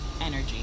energy